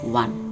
one